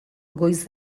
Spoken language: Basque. goiz